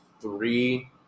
three